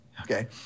Okay